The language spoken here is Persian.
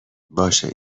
باشه